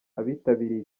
abitabiriye